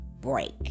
break